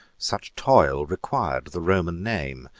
such toil, requir'd the roman name,